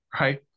right